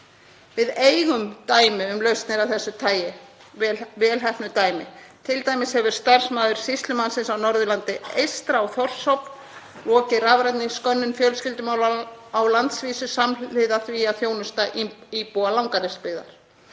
Við eigum dæmi um lausnir af þessu tagi, vel heppnuð dæmi, t.d. hefur starfsmaður sýslumannsins á Norðurlandi eystra á Þórshöfn lokið rafrænni skönnun fjölskyldumála á landsvísu samhliða því að þjónusta íbúa Langanesbyggðar.